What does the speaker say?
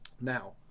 Now